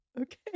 Okay